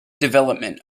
development